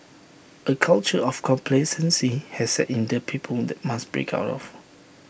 A culture of complacency has set in that people that must break out of